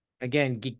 Again